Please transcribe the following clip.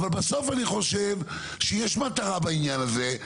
אבל בסוף אני חושב שיש מטרה בעניין הזה,